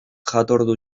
jatordu